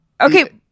Okay